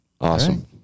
Awesome